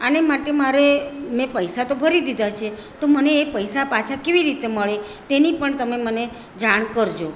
આને માટે મારે મેં પૈસા તો ભરી દીધા છે તો મને એ પૈસા પાછા કેવી રીતે મળે તેની પણ તમે મને જાણ કરજો